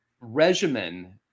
regimen